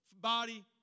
body